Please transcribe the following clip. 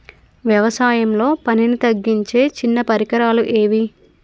వ్యవసాయంలో పనిని తగ్గించే చిన్న పరికరాలు ఏవి?